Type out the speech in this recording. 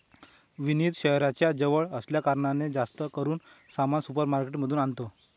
विनीत शहराच्या जवळ असल्या कारणाने, जास्त करून सामान सुपर मार्केट मधून आणतो